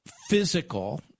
physical